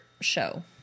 show